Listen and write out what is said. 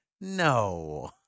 No